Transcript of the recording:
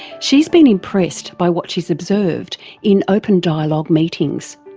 she's been impressed by what she's observed in open dialogue meetings.